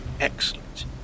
excellent